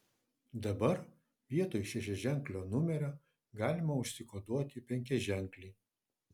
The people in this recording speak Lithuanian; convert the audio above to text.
dabar vietoj šešiaženklio numerio galima užsikoduoti penkiaženklį